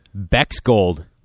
Bexgold